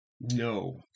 No